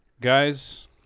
Guys